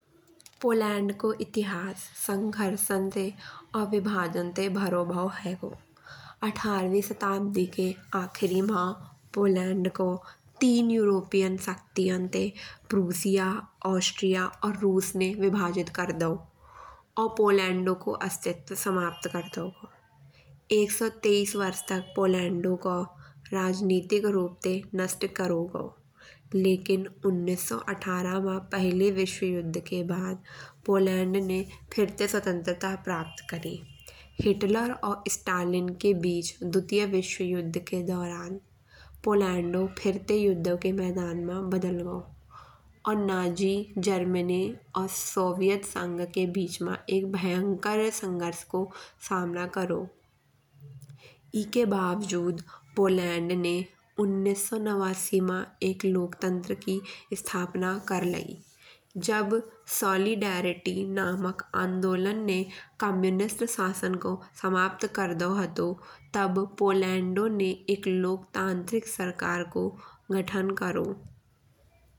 पोलैंड को इतिहास संघर्ष से और विभाजन ते भरौ भाव हैगो। अठारहवीं शताब्दी के आखिरी मा पोलैंड को तीन यूरोपीय शक्तियां ते प्रूसिया, ऑस्ट्रिया और रूसिया ने विभाजित कर दओ। और पोलैंड को अस्तित्व समाप्त कर दओ। एक सौ तेईस वर्ष तक पोलैंड को राजनीतिक रूप ते नष्ट करौ गओ। लेकिन उन्नीस सौ अठारह मा पहले विश्वयुद्ध के बाद पोलैंड ने फिर से स्वतंत्रता प्राप्त करी। हिटलर और स्टालिन के बीच दुसरे विश्वयुद्ध के दोरान पोलैंडौ फिर ते युद्धो के मैदान मा बदल गओ। और नाज़ी जर्मनी और सोवियत संघ के बीच मा एक भयंकर संघर्ष को सामना करौ। एके बावजूद पोलैंड ने उन्नीस सौ नवासी मा एक लोकतंत्र की स्थापना कर लयी। जब सॉलिडैरिटी नामक आंदोलन ने कम्युनिस्ट शासन को समाप्त कर दओ हाथो। तब पोलैंडौ ने एक लोकतांत्रिक सरकार को गठन करौ।